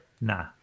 Nah